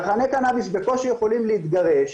צרכני קנאביס בקושי יכולים להתגרש,